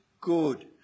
good